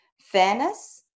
Fairness